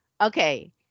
okay